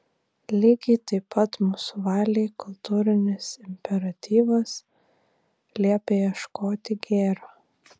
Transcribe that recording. lygiai taip pat mūsų valiai kultūrinis imperatyvas liepia ieškoti gėrio